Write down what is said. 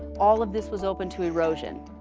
all of this was open to erosion.